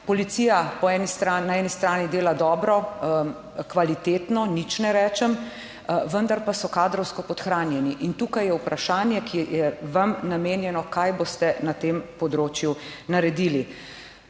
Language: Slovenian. strani na eni strani dela dobro, kvalitetno, nič ne rečem, vendar pa so kadrovsko podhranjeni in tukaj je vprašanje, ki je vam namenjeno kaj boste na tem področju naredili?